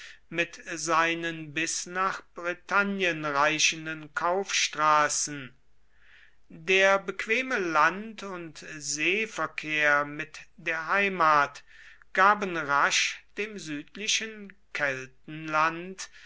mit seinen bis nach britannien reichenden kaufstraßen der bequeme land und seeverkehr mit der heimat gaben rasch dem südlichen